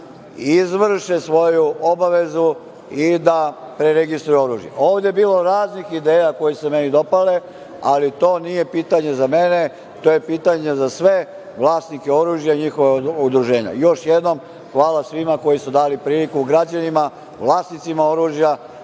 izvrše svoju obavezu i da preregistruju oružje. Ovde je bilo raznih ideja koje su se meni dopale, ali to nije pitanje za mene, to je pitanje za sve vlasnike oružja i njihova udruženja. Još jednom, hvala svima koji su dali priliku građanima vlasnicima oružja